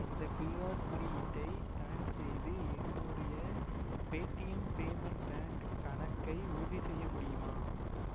இந்த க்யூஆர் குறியீட்டை ஸ்கேன் செய்து என்னுடைய பேடிஎம் பேமெண்ட் பேங்க் கணக்கை உறுதிசெய்ய முடியுமா